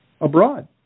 abroad